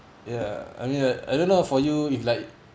ya I mean uh I don't know for you if like